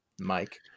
Mike